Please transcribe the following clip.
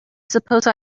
suppose